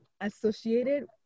associated